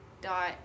dot